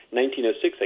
1906